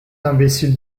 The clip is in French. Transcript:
imbécile